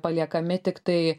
paliekami tiktai